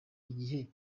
igihe